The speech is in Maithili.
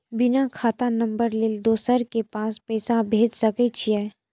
बिना खाता नंबर लेल दोसर के पास पैसा भेज सके छीए?